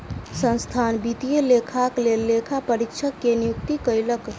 संस्थान वित्तीय लेखाक लेल लेखा परीक्षक के नियुक्ति कयलक